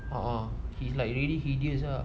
ah ah she's like really hideous lah